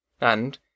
and